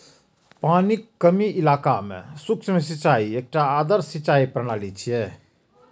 पानिक कमी बला इलाका मे सूक्ष्म सिंचाई एकटा आदर्श सिंचाइ प्रणाली छियै